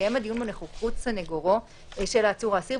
יתקיים הדיון בנוכחות סנגורו של העצור או האסיר,